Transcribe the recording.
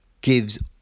gives